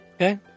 Okay